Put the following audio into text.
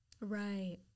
Right